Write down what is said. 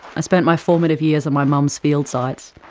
i spent my formative years on my mum's field sites,